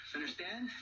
Understand